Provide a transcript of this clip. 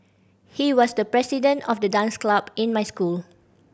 he was the president of the dance club in my school